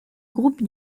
groupe